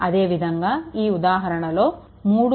అదే విధంగా ఈ ఉదాహరణలో 3